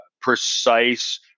precise